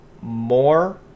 more